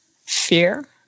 fear